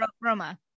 roma